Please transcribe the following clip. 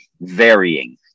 varying